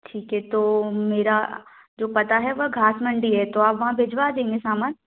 ठीक है तो मेरा जो पता है वह घास मंडी है तो आप वहाँ भेजवा देंगे सामान